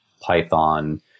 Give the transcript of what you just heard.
Python